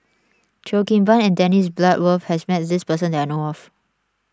Cheo Kim Ban and Dennis Bloodworth has met this person that I know of